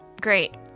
Great